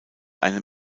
einem